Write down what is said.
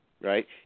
right